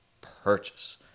purchase